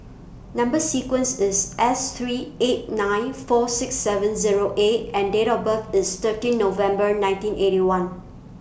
Number sequence IS S three eight nine four six seven Zero A and Date of birth IS thirteen November nineteen Eighty One